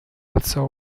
alzò